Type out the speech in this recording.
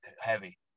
heavy